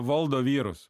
valdo vyrus